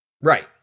Right